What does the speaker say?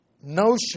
notion